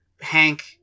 Hank